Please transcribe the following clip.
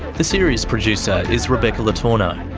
the series producer is rebecca le tourneau,